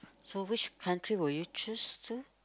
so which country would you choose to